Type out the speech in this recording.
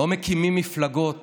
לא מקימים מפלגות